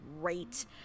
great